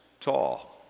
tall